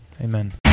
amen